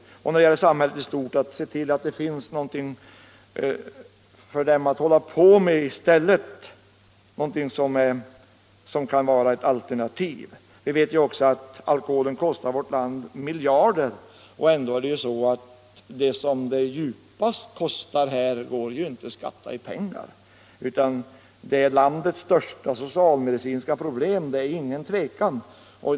När det gäller samhället i stort bör man se till att det finns något för dem att hålla på med, något som kan vara ett alternativ. Vi vet ju att alkoholen kostar vårt land miljarder, och ändå är det så, att vad det djupast kostar inte går att uppskatta i pengar. Det gäller landets största socialmedicinska problem, det är det inget tvivel om.